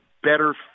better